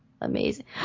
amazing